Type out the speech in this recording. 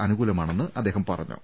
അനുകൂലമാ ണെന്ന് അദ്ദേഹം പറഞ്ഞു